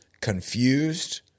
confused